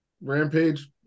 Rampage